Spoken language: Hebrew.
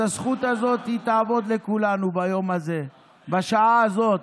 אז הזכות הזאת תעמוד לכולנו ביום הזה ובשעה הזאת,